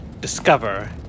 Discover